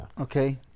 Okay